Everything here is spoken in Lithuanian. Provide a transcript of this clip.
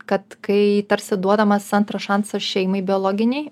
kad kai tarsi duodamas antras šansas šeimai biologinei